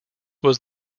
was